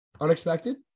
Unexpected